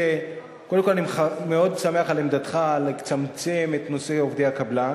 קודם כול אני מאוד שמח על עמדתך שיש לצמצם את נושא עובדי הקבלן,